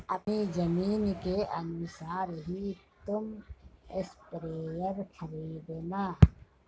अपनी जमीन के अनुसार ही तुम स्प्रेयर खरीदना